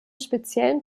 speziellen